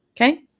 Okay